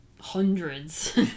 hundreds